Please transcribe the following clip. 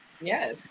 Yes